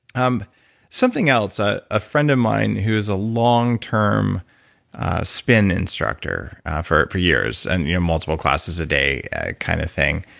um something else, ah a friend of mine who is a long-term spin instructor for for years and you know multiple classes a day kind of thing.